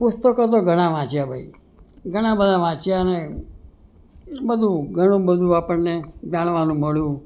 પુસ્તકો તો ઘણા બધા વાંચ્યા મેં ઘણા વાંચ્યા ને બધું ઘણું બધું આપણ ને જાણવા મળ્યું